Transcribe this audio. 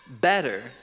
better